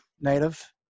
native